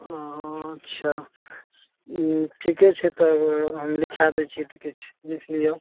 अच्छा ठीके छै तऽ हम लिखा दै छियै तऽ किछु लिख लिऔ